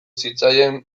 zitzaien